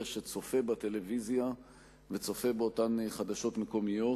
שצופה בטלוויזיה וצופה באותן חדשות מקומיות.